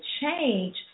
change